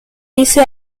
dice